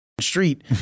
street